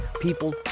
people